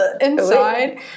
inside